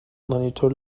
مانیتور